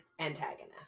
antagonist